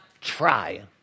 try